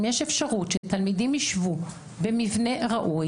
אם יש אפשרות שתלמידים ישבו במבנה ראוי